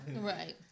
Right